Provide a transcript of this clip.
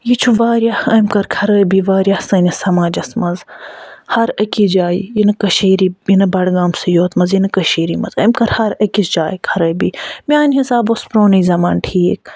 یہِ چھُ واریاہ أمۍ کٔرۍ خرٲبی واریاہ سٲنِس سَماجَس منٛز ہَر أکِس جایہِ یِنہٕ کٔشرِ یِنہٕ بَڈگام سٕے یوٚت یَنہٕ کٔشیٖرِ منٛز أمۍ کٔر ہَر أکس جایہِ خرٲبی میانہِ حِسابہٕ اوس پروٚنُے زَمانہٕ ٹھیٖک